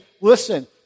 Listen